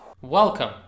Welcome